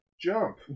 jump